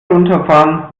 herunterfahren